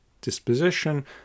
disposition